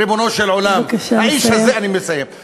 ריבונו של עולם, האיש הזה,